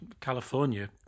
California